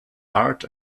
art